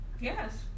Yes